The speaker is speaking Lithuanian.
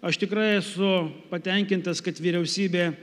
aš tikrai esu patenkintas kad vyriausybė